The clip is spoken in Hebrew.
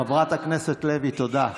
חברת הכנסת לוי, תודה.